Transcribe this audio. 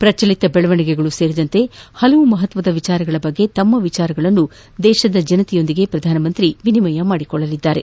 ಪ್ರಚಲಿತ ಬೆಳವಣಿಗೆಗಳು ಸೇರಿದಂತೆ ಹಲವು ಮಹತ್ವದ ವಿಷಯಗಳ ಬಗ್ಗೆ ತಮ್ಮ ವಿಚಾರಗಳನ್ನು ದೇಶದ ಜನತೆಯೊಂದಿಗೆ ವಿನಿಮಯ ಮಾಡಿಕೊಳ್ಳಲಿದ್ದಾರೆ